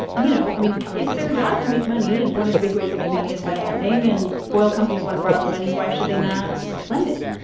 you know, i mean, it's their job to make money, and one of the big ways they make money is by lending. and oil companies want to borrow the money. why should they not lend it?